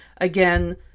again